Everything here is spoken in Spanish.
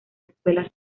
escuelas